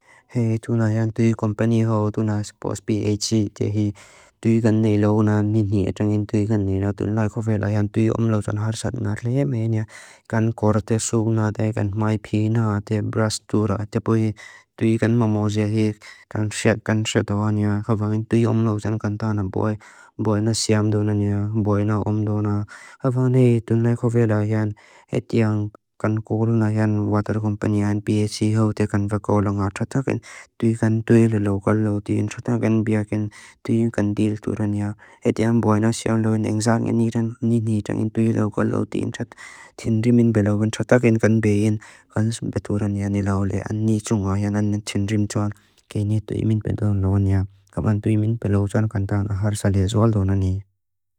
Hei, tunla jan tui kompani ho, tuna spos BAC, tehi tui gan neilou na nini atrangin tui gan neilou, tunla ko vela jan tui omlau jan har sat ngar leme niya. Kan kor te su na, te kan maipi na, te brastura, te pui tui kan mamose, hei, kan set kan setawa niya. Hafan, tui omlau jan kan tana boi, boi na siamdo na niya, boi na omdo na. Hafan, hei, tunlai ko vela jan etian kan koru na jan water kompani an BAC ho, te kan bako la nga tratakin, tui kan tui lelou kalou, tui kan tratakin BAC-in, tui kan deal turan niya. Etiaan boi na siamdo na engzak nini jan, nini nijangin tui lelou kalou, tui kan trat, tinrimin belau kan tratakin kan BAC-in, kan beturan niya ni lau le. An nii tunla jan an tinrim joan, kenia tinrimin belau loan niya. Hafan, tinrimin belau joan kan tan aharsa lezoal doonani.